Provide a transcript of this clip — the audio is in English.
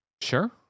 sure